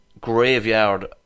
graveyard